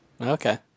Okay